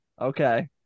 okay